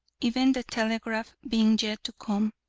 even the telegraph being yet to come.